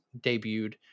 debuted